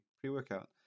pre-workout